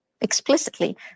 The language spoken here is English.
explicitly